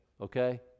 okay